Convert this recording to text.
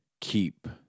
keep